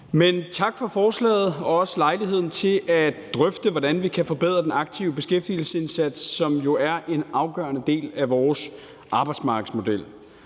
Men tak for forslaget og også lejligheden til at drøfte, hvordan vi kan forbedre den aktive beskæftigelsesindsats, som jo er en afgørende del af vores arbejdsmarkedsmodel.